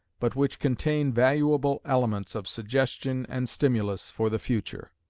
but which contain valuable elements of suggestion and stimulus for the future.